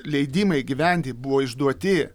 leidimai gyventi buvo išduoti